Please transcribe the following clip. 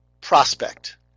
prospect